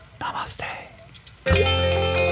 namaste